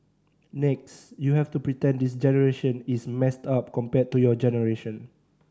next you have to pretend this generation is messed up compared to your generation